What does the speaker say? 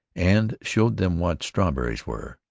and showed them what strawberries were,